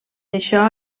això